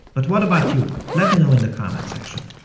but what about you? let me know in the comments section.